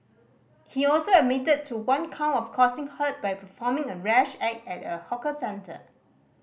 he also admitted to one count of causing hurt by performing a rash act at a hawker centre